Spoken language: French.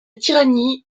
tyrannie